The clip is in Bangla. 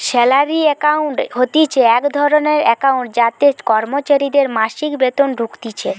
স্যালারি একাউন্ট হতিছে এক ধরণের একাউন্ট যাতে কর্মচারীদের মাসিক বেতন ঢুকতিছে